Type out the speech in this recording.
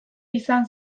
izan